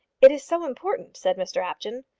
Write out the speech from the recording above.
it is so important, said mr apjohn.